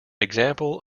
example